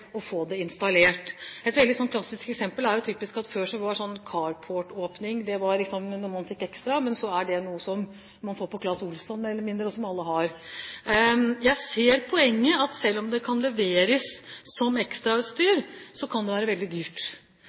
å få det installert. Et klassisk eksempel er at før var en carportåpner noe man fikk ekstra, men nå er det noe man får på Clas Ohlson, mer eller mindre, og som alle har. Jeg ser poenget: Selv om dette kan leveres som ekstrautstyr, kan det være veldig dyrt.